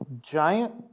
giant